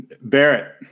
Barrett